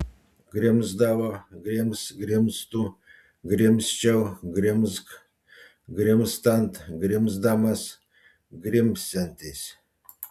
grimzdavo grims grimztų grimzčiau grimzk grimztant grimzdamas grimsiantis